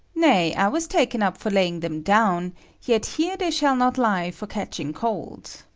nay, i was taken up for laying them down yet here they shall not lie for catching cold.